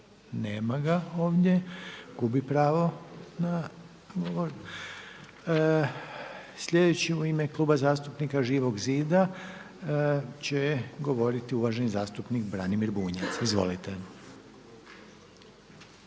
nema ga ovdje, gubi pravo na ovo. Sljedeći u ime Kluba zastupnika Živog zida će govoriti uvaženi zastupnik Branimir Bunjac. Izvolite.